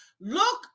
look